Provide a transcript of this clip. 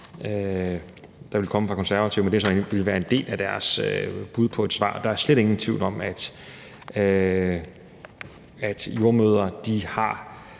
der ville komme fra Konservative, men at det ville være en del af deres bud på et svar. Der er slet ingen tvivl om, at jordemødre dækker